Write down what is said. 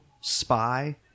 Spy